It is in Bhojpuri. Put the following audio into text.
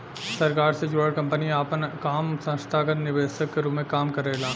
सरकार से जुड़ल कंपनी आपन काम संस्थागत निवेशक के रूप में काम करेला